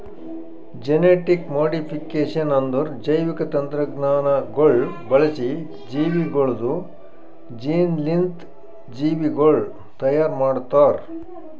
genetic modification ಅಂದುರ್ ಜೈವಿಕ ತಂತ್ರಜ್ಞಾನಗೊಳ್ ಬಳಸಿ ಜೀವಿಗೊಳ್ದು ಜೀನ್ಸ್ಲಿಂತ್ ಜೀವಿಗೊಳ್ ತೈಯಾರ್ ಮಾಡ್ತಾರ್